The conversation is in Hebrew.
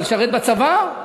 לשרת בצבא,